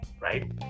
right